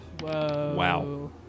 Wow